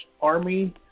Army